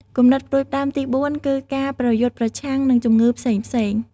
គំនិតផ្តួចផ្តើមទីបួនគឺការប្រយុទ្ធប្រឆាំងនឹងជំងឺផ្សេងៗ។